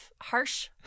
harsh